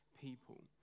people